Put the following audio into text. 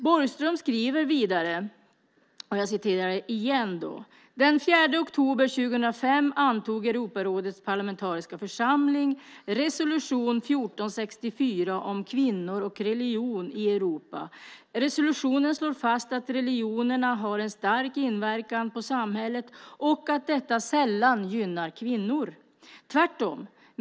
Borgström skriver vidare: Den 4 oktober 2005 antog Europarådets parlamentariska församling resolution 1464 om kvinnor och religion i Europa. Resolutionen slår fast att religionerna har en stark inverkan på samhället och att detta sällan gynnar kvinnor. Tvärtom.